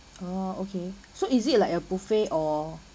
oh okay so is it like a buffet or